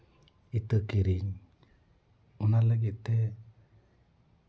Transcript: ᱤᱛᱟᱹ ᱠᱤᱨᱤᱧ ᱚᱱᱟ ᱞᱟᱹᱜᱤᱫ ᱛᱮ